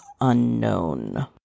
unknown